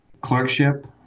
clerkship